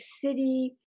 city